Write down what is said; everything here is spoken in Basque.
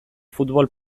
futbol